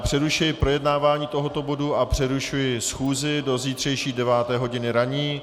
Přerušuji projednávání tohoto bodu a přerušuji schůzi do zítřejší deváté hodiny ranní.